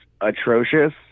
atrocious